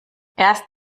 erst